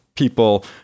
People